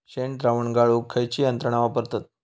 शेणद्रावण गाळूक खयची यंत्रणा वापरतत?